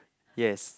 yes